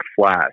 flash